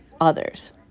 others